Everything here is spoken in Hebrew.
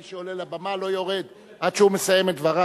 מי שעולה לבמה לא יורד עד שהוא מסיים דבריו,